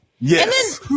yes